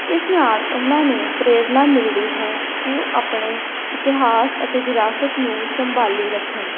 ਇਸ ਨਾਲ ਉਹਨਾਂ ਨੂੰ ਪ੍ਰੇਰਨਾ ਮਿਲਦੀ ਹੈ ਕਿ ਉਹ ਆਪਣੇ ਇਤਿਹਾਸ ਅਤੇ ਵਿਰਾਸਤ ਨੂੰ ਸੰਭਾਲੀ ਰੱਖਣ